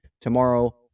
tomorrow